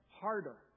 harder